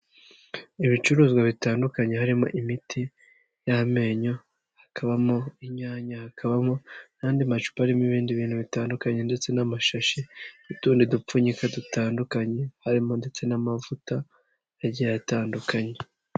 Ibicuruzwa bitandukanye harimo imiti y'amenyo, hakabamo inyanya, hakabamo n'andi macupa arimo ibindi bintu bitandukanye ndetse n'amashashi n'utundi dupfunyika dutandukanye, harimo ndetse n'amavuta agiye atandukanye.